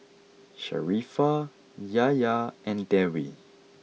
Sharifah Yahya and Dewi